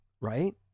right